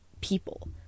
people